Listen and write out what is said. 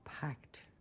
packed